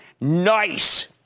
Nice